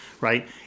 right